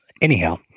Anyhow